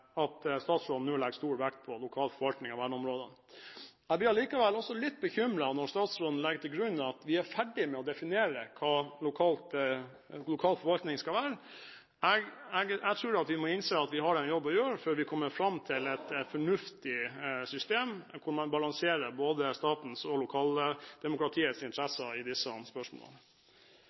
at statsråden nå legger stor vekt på lokal forvaltning av verneområdene. Jeg blir allikevel litt bekymret når statsråden legger til grunn at vi er ferdig med å definere hva lokal forvaltning skal være. Jeg tror vi må innse at vi har en jobb å gjøre før vi kommer fram til et fornuftig system hvor man balanserer både statens og lokaldemokratiets interesser i disse spørsmålene.